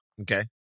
Okay